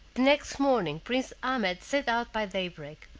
the next morning prince ahmed set out by daybreak,